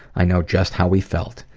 i know just how he felt.